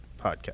podcast